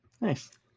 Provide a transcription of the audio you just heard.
Nice